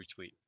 retweet